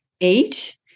Eight